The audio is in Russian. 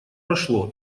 прошло